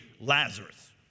Lazarus